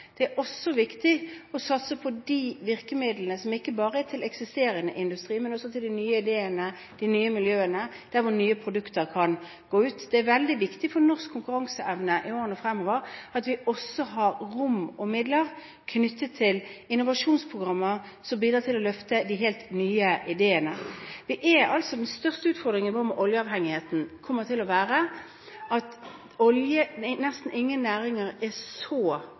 Det er viktig å satse på de virkemidlene som ikke bare er til eksisterende industri, men også til de nye ideene, de nye miljøene, der hvor nye produkter kan gå ut. Det er veldig viktig for norsk konkurranseevne i årene fremover at vi også har rom og midler knyttet til innovasjonsprogrammer som bidrar til å løfte de helt nye ideene. Den største utfordringen vår når det gjelder oljeavhengigheten, kommer til å være at nesten ingen næringer gir så